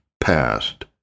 past